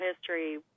history